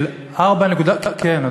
של כן,